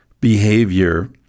behavior